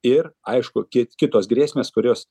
ir aišku ki kitos grėsmės kurios